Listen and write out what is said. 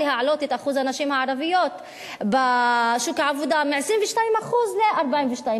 להעלות את אחוז הנשים הערביות בשוק העבודה מ-22% ל-42%.